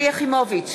אדוני השר,